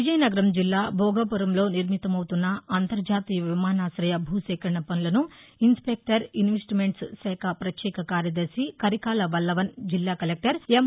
విజయనగరం జిల్లా భోగాపురంలో నిర్మితమవుతున్న అంతర్జాతీయ విమానాశయ భూసేరణ పనులను ఇన్స్పెక్టర్ ఇన్వెస్ట్మెంట్స్ శాఖ పత్యేక కార్యదర్భి కరికాల వల్లవన్ జిల్లా కలెక్టర్ ఎం